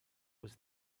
was